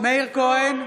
מאיר כהן,